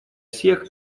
всех